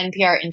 NPR